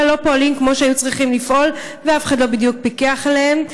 לא פועלים כמו שהיו צריכים לפעול ואף אחד לא בדיוק פיקח עליהם.